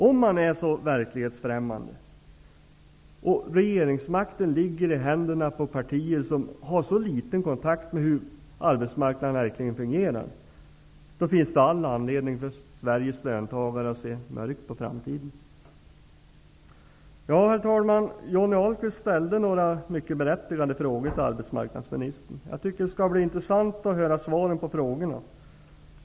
Om man är så verklighetsfrämmande, och om regeringsmakten ligger i händerna på partier som har så liten kontakt med hur arbetsmarknaden verkligen fungerar, finns det all anledning för Sveriges löntagare att se mörkt på framtiden. Herr talman! Johnny Ahlqvist ställde några mycket berättigade frågor till arbetsmarknadsministern. Det skall bli intressant att höra svaren på frågorna.